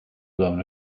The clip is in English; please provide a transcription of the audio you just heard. blown